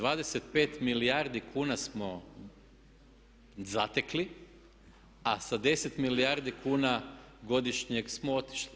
25 milijardi kuna smo zatekli a sa 10 milijardi kuna godišnje smo otišli.